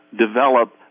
develop